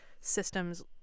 systems